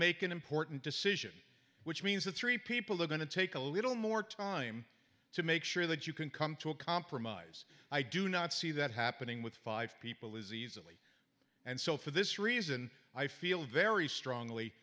make an important decision which means that three people are going to take a little more time to make sure that you can come to a compromise i do not see that happening with five people is easily and so for this reason i feel very strongly